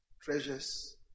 treasures